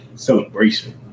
Celebration